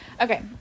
Okay